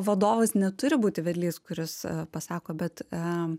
vadovas neturi būti vedlys kuris pasako bet a